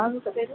ആ അതൊന്ന് തരൂ